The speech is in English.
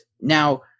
Now